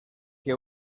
que